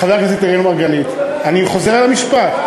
חבר הכנסת אראל מרגלית, אני חוזר על המשפט: